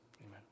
amen